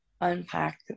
unpack